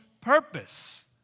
purpose